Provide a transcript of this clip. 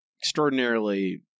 extraordinarily